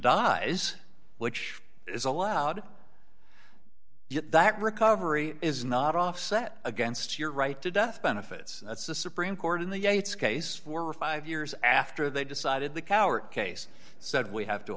dies which is allowed that recovery is not offset against your right to death benefits that's the supreme court in the yates case four or five years after they decided the coward case said we have to